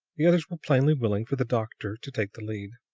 the others were plainly willing for the doctor to take the lead.